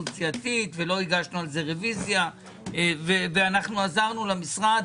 סיעתית ולא הגשנו רוויזיה אלא עזרנו למשרד,